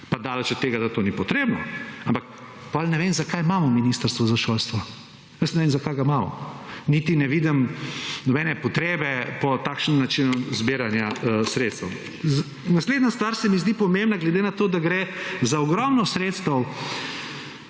Pa daleč od tega, da to ni potrebno, ampak pol ne vem zakaj imamo Ministrstvo za šolstvo. Res ne vem zakaj ga imamo, niti ne vidim nobene potrebe po takšnem načinu zbiranja sredstev. Naslednja stvar se mi zdi pomembna, glede na to, da gre za ogromno sredstev,